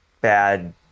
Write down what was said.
bad